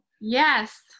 Yes